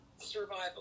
survival